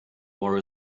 war